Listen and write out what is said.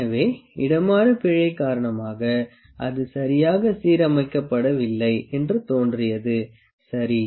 எனவே இடமாறு பிழை காரணமாக அது சரியாக சீரமைக்கப்படவில்லை என்று தோன்றியது சரி